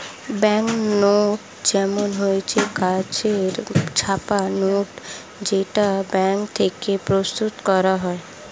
bank note মানে হচ্ছে কাগজে ছাপা নোট যেটা ব্যাঙ্ক থেকে প্রস্তুত করা হয়